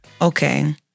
Okay